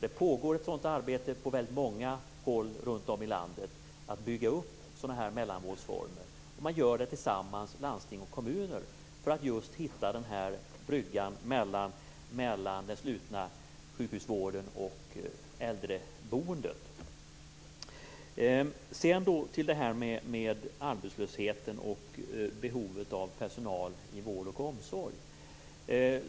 Det pågår ett arbete på väldigt många håll runt om i landet för att bygga upp sådana här mellanvårdsformer. Landsting och kommuner gör det tillsammans för att hitta en brygga mellan den slutna sjukhusvården och äldreboendet. Sedan till arbetslösheten och behovet av personal till vård och omsorg.